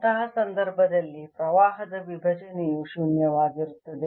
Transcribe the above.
ಅಂತಹ ಸಂದರ್ಭದಲ್ಲಿ ಪ್ರವಾಹದ ವಿಭಜನೆಯು ಶೂನ್ಯವಾಗಿರುತ್ತದೆ